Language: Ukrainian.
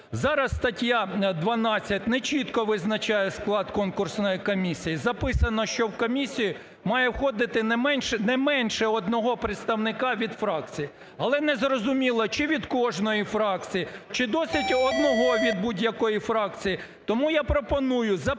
Зараз стаття 12 нечітко визначає склад конкурсної комісії. Записано, що в комісію має входити не менше одного представника від фракції, але не зрозуміло, чи від кожної фракції, чи досить одного від будь-якої фракції. Тому я пропоную записати,